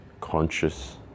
conscious